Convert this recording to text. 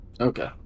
Okay